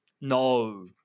no